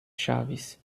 chaves